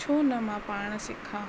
छो न मां पाण सिखा